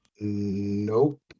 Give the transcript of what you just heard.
Nope